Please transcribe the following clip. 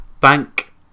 Bank